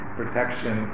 protection